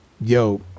yo